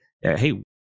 hey